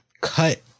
cut